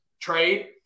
trade